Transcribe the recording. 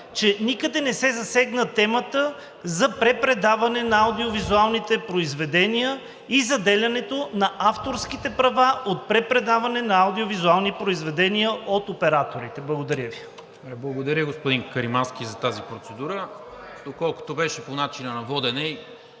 че никъде не се засегна темата за препредаване на аудиовизуалните произведения и заделянето на авторските права от препредаване на аудио-визуални произведения от операторите. Благодаря Ви. ПРЕДСЕДАТЕЛ НИКОЛА МИНЧЕВ: Благодаря за тази процедура,